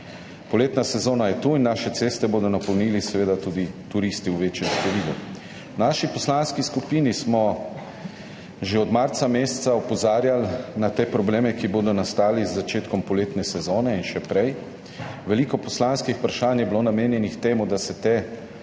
Poletna sezona je tu in naše ceste bodo seveda v večjem številu napolnili tudi turisti. V naši poslanski skupini smo že od meseca marca opozarjali na probleme, ki bodo nastali z začetkom poletne sezone in še prej. Veliko poslanskih vprašanj je bilo namenjenih temu, da se te